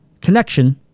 connection